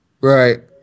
Right